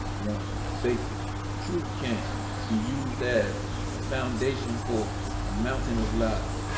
one basic truth can be used as a foundation for a mountain of lies,